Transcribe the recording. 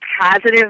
positive